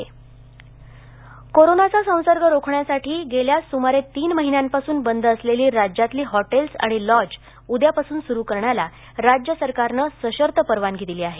hotels सरू कोरोनाचा संसर्ग रोखण्यासाठी गेल्या सुमारे तीन महिन्यांपासून बंद असलेली राज्यातली हॉटेल्स आणि लॉज उद्यापासून सूरू करण्याला राज्य सरकारनं सशर्त परवानगी दिली आहे